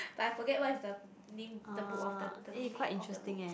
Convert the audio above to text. but I forget what is the name the book of the the name of the book